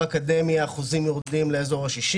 אקדמי האחוזים יורדים לאזור ה-60.